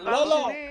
דבר שני --- לא,